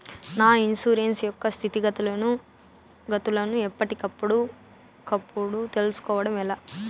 నా ఇన్సూరెన్సు యొక్క స్థితిగతులను గతులను ఎప్పటికప్పుడు కప్పుడు తెలుస్కోవడం ఎలా?